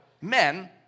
men